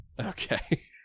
Okay